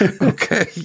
Okay